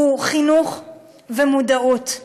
חינוך ומודעות.